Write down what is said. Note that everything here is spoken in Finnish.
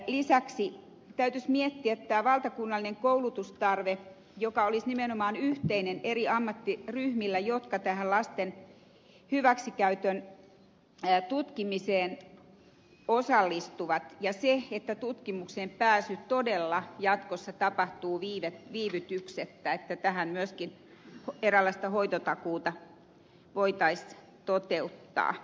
lisäksi täytyisi miettiä tämä valtakunnallinen koulutustarve joka olisi nimenomaan yhteinen eri ammattiryhmillä jotka tähän lasten hyväksikäytön tutkimiseen osallistuvat ja se että tutkimukseen pääsy todella jatkossa tapahtuu viivytyksettä että tähän myöskin eräänlaista hoitotakuuta voitaisiin toteuttaa